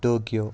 Tokyo